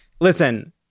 Listen